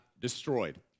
destroyed